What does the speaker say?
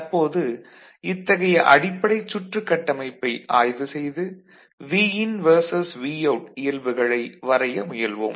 தற்போது இத்தகைய அடிப்படைச் சுற்று கட்டமைப்பை ஆய்வு செய்து Vin வெர்சஸ் Vout இயல்புகளை வரைய முயல்வோம்